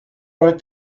wrote